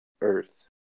earth